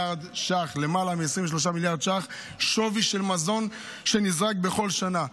למעלה מ-23 מיליארד ש"ח שווי של מזון שנזרק בכל שנה.